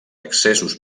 accessos